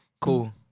Cool